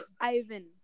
Ivan